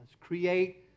Create